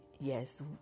Yes